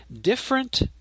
different